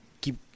keep